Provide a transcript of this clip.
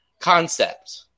concept